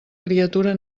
criatura